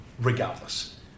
regardless